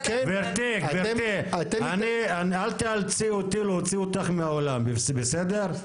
גבירתי, אל תאלצי אותי להוציא אותך מהאולם, בסדר?